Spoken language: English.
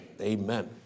amen